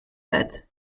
that